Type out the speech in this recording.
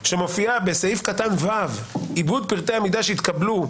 שמופיעה בסעיף קטן (ו): עיבוד פרטי המידע שהתקבלו,